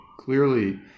clearly